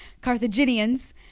Carthaginians